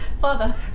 Father